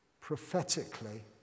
prophetically